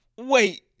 Wait